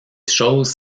choses